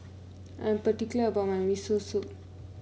I am particular about my Miso Soup